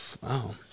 Wow